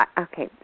okay